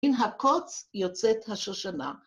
‫מן הקוץ יוצאת השושנה.